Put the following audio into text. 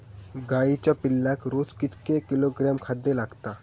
गाईच्या पिल्लाक रोज कितके किलोग्रॅम खाद्य लागता?